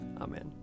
Amen